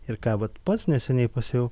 ir ką vat pats neseniai pastebėjau